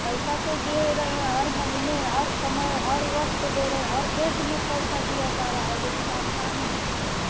पैसा तो दे रहे हैं हर महीने हर समय हर वक्त दे रहे हैं हर डेट में पैसा दिया जा रहा है लेकिन आप काम नहीं कर रहे